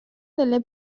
delle